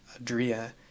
Adria